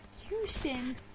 Houston